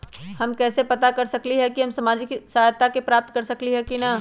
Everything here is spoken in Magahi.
हम कैसे पता कर सकली ह की हम सामाजिक सहायता प्राप्त कर सकली ह की न?